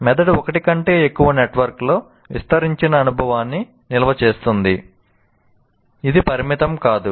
మెదడు ఒకటి కంటే ఎక్కువ నెట్వర్క్ లో విస్తరించిన అనుభవాన్ని నిల్వ చేస్తుంది ఇది పరిమితం కాదు